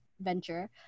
venture